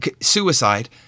suicide